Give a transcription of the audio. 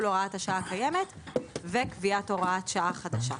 הוראת השעה הקיימת וקביעת הוראת שעה חדשה.